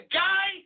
guy